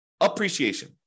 appreciation